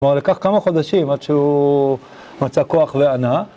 כלומר, לקח כמה חודשים עד שהוא מצא כוח וענה.